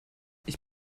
ich